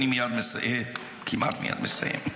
אני כמעט מייד מסיים.